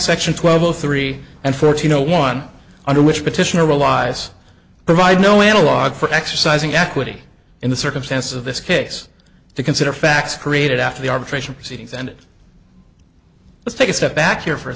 section twelve zero three and fourteen zero one under which petitioner allies provide no analogue for exercising equity in the circumstances of this case to consider facts created after the arbitration proceedings and let's take a step back here for a